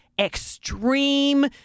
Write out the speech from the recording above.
extreme